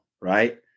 right